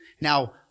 Now